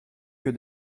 que